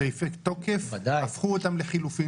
סעיפי תוקף, הפכו אותם לחילופין.